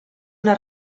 una